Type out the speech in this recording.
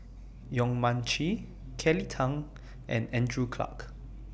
Yong Mun Chee Kelly Tang and Andrew Clarke